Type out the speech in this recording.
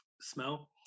smell